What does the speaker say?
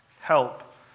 Help